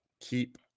keep